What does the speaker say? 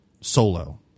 solo